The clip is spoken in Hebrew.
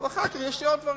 אבל אחר כך יש לי עוד דברים.